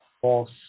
false